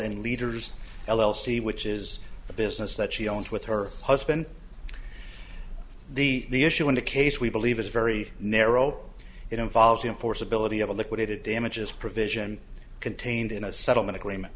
and leaders l l c which is a business that she owns with her husband the the issue in the case we believe is very narrow it involves enforceability of a liquidated damages provision contained in a settlement